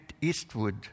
Eastwood